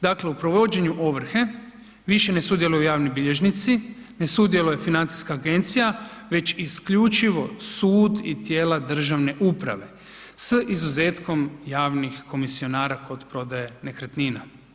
Dakle u provođenju ovrhe, više ne sudjeluju javni bilježnici, ne sudjeluje FINA, već isključivo sud i tijela državne uprave s izuzetkom javnih komisionara kod prodaje nekretnina.